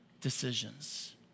decisions